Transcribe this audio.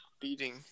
beating